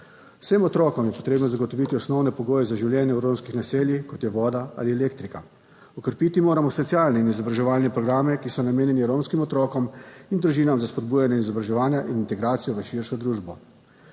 Vsem otrokom je potrebno zagotoviti osnovne pogoje za življenje v romskih naseljih, kot je voda ali elektrika. Okrepiti moramo socialne in izobraževalne programe, ki so namenjeni romskim otrokom in družinam za spodbujanje izobraževanja in integracijo v širšo družbo.